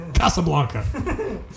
Casablanca